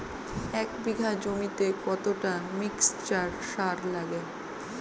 এক বিঘা জমিতে কতটা মিক্সচার সার লাগে?